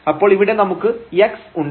അപ്പോൾ ഇവിടെ നമുക്ക് x ഉണ്ട്